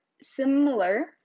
similar